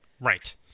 Right